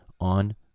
on